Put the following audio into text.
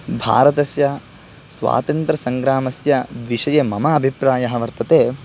भारतस्य स्वातन्त्रसङ्ग्रामस्य विषये मम अभिप्रायः वर्तते